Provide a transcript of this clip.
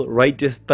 righteous